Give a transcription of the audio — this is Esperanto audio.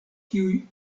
kiuj